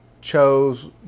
chose